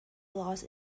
lost